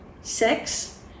sex